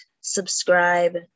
subscribe